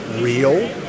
real